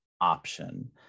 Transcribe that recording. option